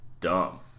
dumb